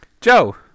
Joe